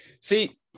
See